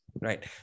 Right